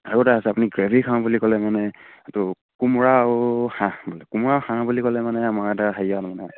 আৰু এটা আছে আপুনি গ্ৰেভি খাওঁ বুলি ক'লে মানে এইটো কোমোৰা আৰু হাঁহ মানে কোমোৰা হাঁহ বুলি কলে মানে আমাৰ এটা হেৰিয়া মানে